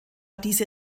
diese